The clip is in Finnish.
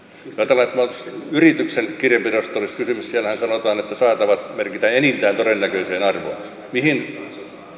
että meillä olisi yrityksen kirjanpidosta kysymys siellähän sanotaan että saatavat merkitään enintään todennäköiseen arvoon niin mihin nämä kreikan